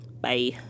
Bye